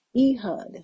Ehud